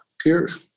tears